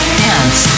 dance